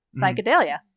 Psychedelia